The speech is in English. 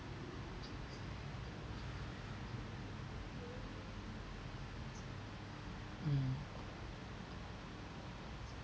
mm